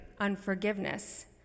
unforgiveness